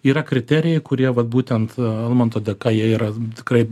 yra kriterijai kurie vat būtent almanto dėka jie yra tikrai